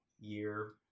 year